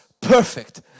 perfect